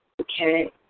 Okay